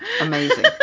Amazing